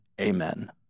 amen